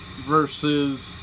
Versus